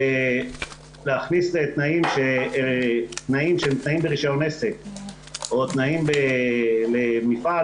להכניס תנאים של רישיון עסק או תנאים של מפעל,